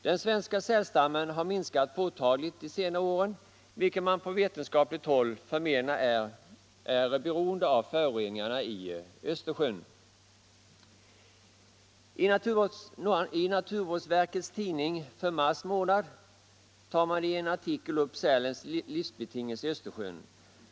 Den svenska sälstammen har minskat påtagligt under senare år, vilket man på vetenskapligt håll anser vara en följd av föroreningarna i Östersjön. I naturvårdsverkets tidning för mars månad i år tar man i en artikel upp sälens livsbetingelser i Östersjön.